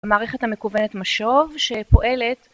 המערכת המכוונת משוב שפועלת